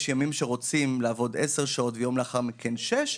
יש ימים שרוצים לעבוד 10 שעות ויום לאחר מכן שש,